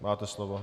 Máte slovo.